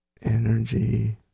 energy